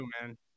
man